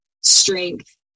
strength